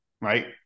right